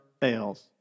fails